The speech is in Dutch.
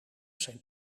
zijn